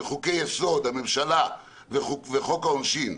בחוק-יסוד: הממשלה ובחוק העונשין.